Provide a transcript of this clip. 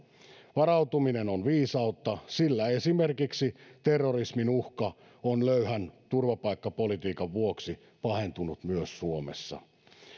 varautuminen on viisautta sillä esimerkiksi terrorismin uhka on löyhän turvapaikkapolitiikan vuoksi pahentunut myös suomessa